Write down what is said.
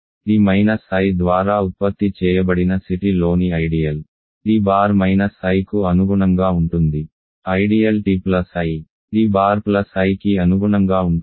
t minus i ద్వారా ఉత్పత్తి చేయబడిన C t లోని ideal t bar minus i కు అనుగుణంగా ఉంటుంది ideal t plus i t bar plus i కి అనుగుణంగా ఉంటుంది